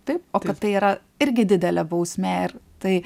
taip o kad tai yra irgi didelė bausmė ir tai